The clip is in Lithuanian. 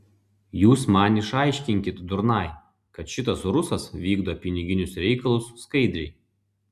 jūs man išaiškinkit durnai kad šitas rusas vykdo piniginius reikalus skaidriai